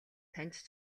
таньж